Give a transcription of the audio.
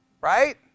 right